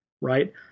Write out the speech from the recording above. right